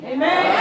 Amen